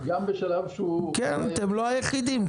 גם בשלב שהוא --- כן, אתם לא היחידים.